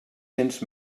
cents